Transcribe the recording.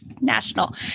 national